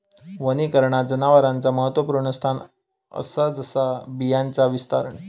वनीकरणात जनावरांचा महत्त्वपुर्ण स्थान असा जसा बियांचा विस्तारण